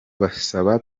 basaba